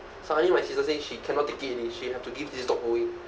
suddenly my sister say she cannot take it already she have to give this dog away